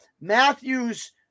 Matthews